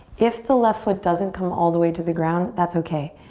if the left foot doesn't come all the way to the ground, that's okay.